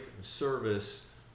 service